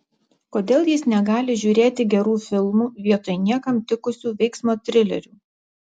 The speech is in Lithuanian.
kodėl jis negali žiūrėti gerų filmų vietoj niekam tikusių veiksmo trilerių